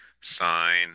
Sign